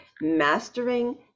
Mastering